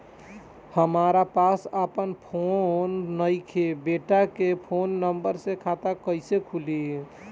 हमरा पास आपन फोन नईखे बेटा के फोन नंबर से खाता कइसे खुली?